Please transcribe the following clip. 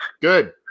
Good